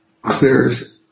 clears